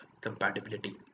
Compatibility